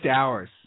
Hours